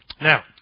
Now